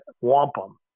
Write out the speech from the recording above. Wampum